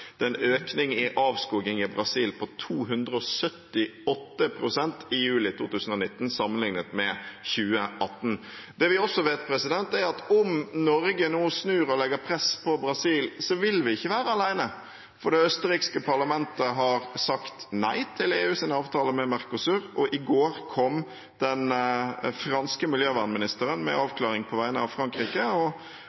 en økning i avskoging i Brasil på 278 pst. i juli 2019 sammenlignet med 2018. Det vi også vet, er at om Norge nå snur og legger press på Brasil, vil vi ikke være alene, for det østerrikske parlamentet har sagt nei til EUs avtale med Mercosur, og i går kom den franske miljøvernministeren med